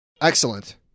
Excellent